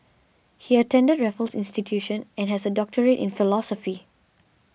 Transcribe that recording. he attended Raffles Institution and has a doctorate in philosophy